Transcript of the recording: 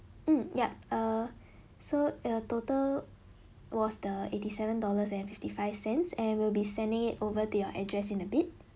mm yup err so err total was the eighty seven dollars and fifty five cents and we'll be sending it over their address in a bit